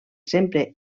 sempre